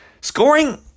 Scoring